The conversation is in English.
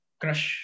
crush